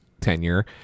tenure